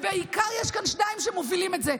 ובעיקר יש כאן שניים שמובילים את זה.